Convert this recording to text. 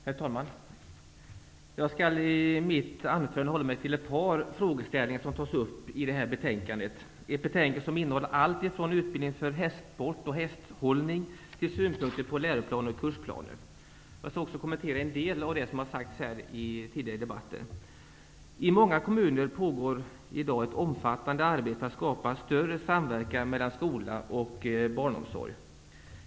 Herr talman! Jag skall i mitt anförande hålla mig till ett par frågeställningar som tas upp i detta betänkande, som innehåller allt från utbildning för hästsport och hästhållning till synpunkter på läroplaner och kursplaner. Jag skall också kommentera en del av det som sagts tidigare i debatten. I många kommuner pågår ett omfattande arbete för att skapa större samverkan mellan skola och barnomsorg.